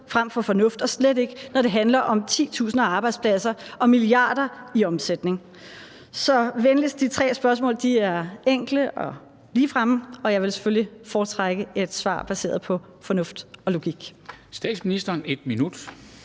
frem for fornuft og slet ikke, når det handler om titusinder af arbejdspladser og milliarder i omsætning. Så venligst: De tre spørgsmål er enkle og ligefremme, og jeg vil selvfølgelig foretrække et svar baseret på fornuft og logik.